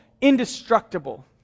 indestructible